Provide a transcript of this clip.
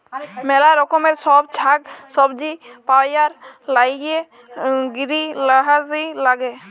ম্যালা রকমের ছব সাগ্ সবজি পাউয়ার ল্যাইগে গিরিলহাউজ ল্যাগে